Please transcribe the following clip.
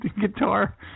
Guitar